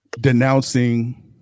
denouncing